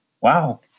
wow